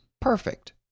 perfect